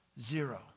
Zero